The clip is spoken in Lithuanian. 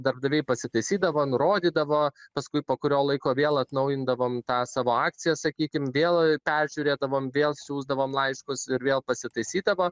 darbdaviai pasitaisydavo nurodydavo paskui po kurio laiko vėl atnaujindavom tą savo akciją sakykim vėl peržiūrėdavom vėl siųsdavom laiškus ir vėl pasitaisydavo